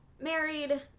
married